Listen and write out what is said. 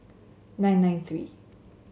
nine nine three